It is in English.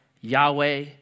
Yahweh